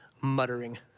muttering